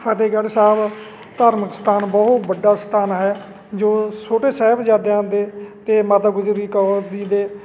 ਫਤਿਹਗੜ੍ਹ ਸਾਹਿਬ ਧਾਰਮਿਕ ਅਸਥਾਨ ਬਹੁਤ ਵੱਡਾ ਅਸਥਾਨ ਹੈ ਜੋ ਛੋਟੇ ਸਾਹਿਬਜ਼ਾਦਿਆਂ ਦੇ ਅਤੇ ਮਾਤਾ ਗੁਜਰੀ ਕੌਰ ਜੀ ਦੇ